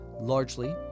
largely